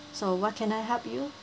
so what can I help you